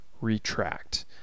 retract